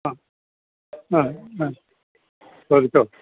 ആ ആ ആ ചോദിച്ചോളൂ